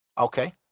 Okay